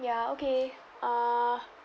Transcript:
ya okay uh